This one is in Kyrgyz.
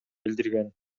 билдирген